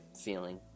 feeling